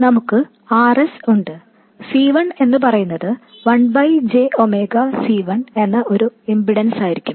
നമുക്ക് R s ഉണ്ട് C 1 എന്നുപറയുന്നത് 1 j ⍵ C1 എന്ന ഒരു ഇംപിഡെൻസായിരിക്കും